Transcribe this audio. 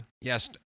Yes